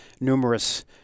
numerous